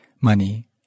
money